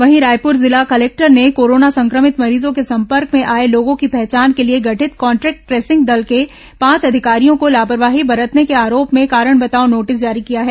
वहीं रायपुर जिला कलेक्टर ने कोरोना संक्रमित मरीजों के संपर्क में आए लोगों की पहचान के लिए गठित कॉन्ट्रेक्ट ट्रेसिंग दल के पांच अधिकारियों को लापरवाही बरतने के आरोप में कारण बताओ नोटिस जारी किया है